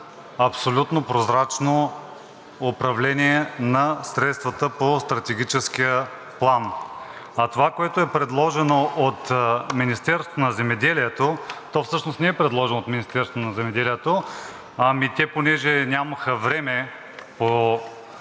абсолютно прозрачно управление на средствата по Стратегическия план. А това, което е предложено от Министерството на земеделието, то всъщност не е предложено от Министерството на земеделието – понеже те нямаха време, по